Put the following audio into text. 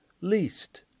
least